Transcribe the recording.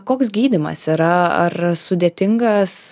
koks gydymas yra ar sudėtingas